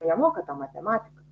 jie moka tą matematiką